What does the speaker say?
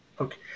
Okay